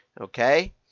okay